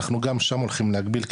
אנחנו גם שם הולכים להגביל,